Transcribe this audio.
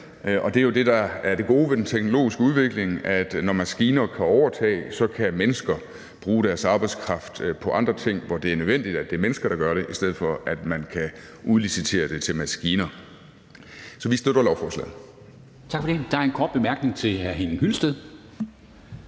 Det er det, der er det gode ved den teknologiske udvikling, nemlig at når maskiner kan overtage, så kan mennesker bruge deres arbejdskraft på andre ting, hvor det er nødvendigt, at det er mennesker, der gør det, i stedet for at man kan udlicitere det til maskiner. Så vi støtter lovforslaget. Kl. 10:29 Formanden (Henrik Dam Kristensen):